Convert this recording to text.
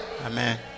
Amen